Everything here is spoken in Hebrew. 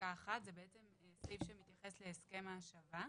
פסקה 1. זה סעיף שמתייחס להסכם ההשבה,